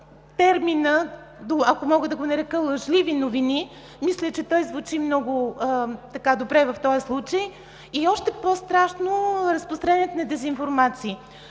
термина, ако мога да го нарека „лъжливи новини“, мисля, че звучи добре в този случай, и още по-страшно е разпространението на дезинформации.